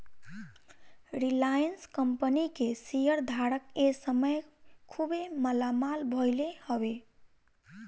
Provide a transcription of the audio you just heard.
Reliance company के share धारक ए समय खुबे मालामाल भईले हवे